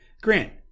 Grant